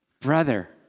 Brother